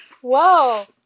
whoa